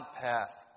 path